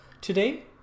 Today